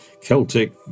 Celtic